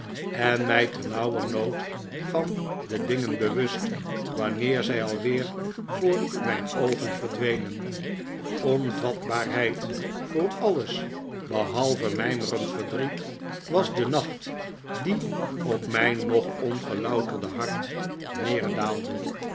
en mij ternauwernood van de dingen bewust wanneer zij alweer voor mijn oogen verdwenen onvatbaarheid voor alles behalve mijmerend verdriet was de nacht die op mijn nog ongelouterde hart